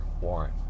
Warren